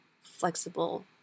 flexible